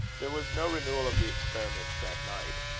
there was no renewal of the experiments that night.